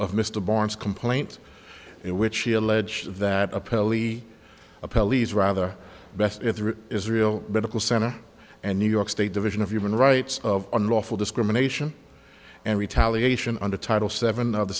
of mr barnes complaint in which she alleged that appellee a pelleas rather best israel medical center and new york state division of human rights of unlawful discrimination and retaliation under title seven of the